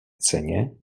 ceně